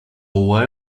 why